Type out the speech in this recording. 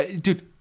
Dude